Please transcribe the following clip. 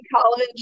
college